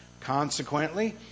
Consequently